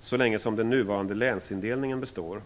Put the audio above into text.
så länge den nuvarande länsindelningen består.